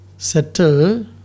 Settle